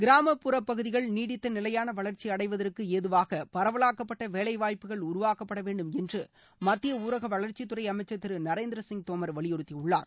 கிராமப்புற பகுதிகள் நீடித்த நிலையான வளர்ச்சி அடைவதற்கு ஏதுவாக பரவலாக்கப்பட்ட வேலைவாய்ப்புகள் உருவாக்கப்பட வேண்டும் என மத்திய ஊரக வளர்ச்சித்துறை அமைச்சர் திரு நரேந்திரசிங் தோமர் வலியுறுத்தியுள்ளார்